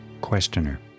Questioner